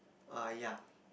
uh ya